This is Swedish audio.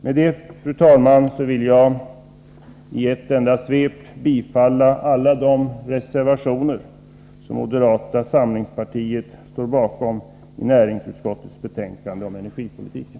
Med detta, fru talman, vill jag i ett enda svep yrka bifall till alla de reservationer som moderata samlingspartiet står bakom i näringsutskottets betänkande om energipolitiken.